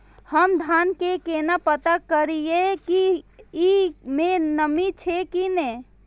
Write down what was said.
हम धान के केना पता करिए की ई में नमी छे की ने?